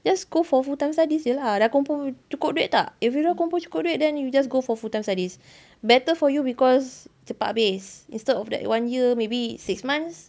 just go for full time studies jer lah dah kumpul cukup duit tak if you dah kumpul cukup duit then you just go for full time studies better for you because cepat habis instead of that one year maybe six months